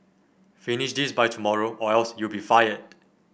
finish this by tomorrow or else you'll be fired